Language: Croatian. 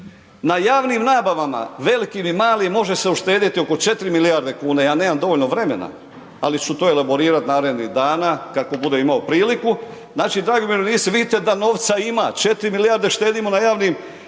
Na javnim nabavama velikim i malim može se uštedjeti oko 4 milijarde kuna, ja nemam dovoljno vremena ali ću to elaborirati narednih dana kako budem imao priliku. Znači dragi umirovljenici, vidite da novca ima, 4 milijarde štedimo na javnim